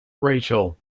rachel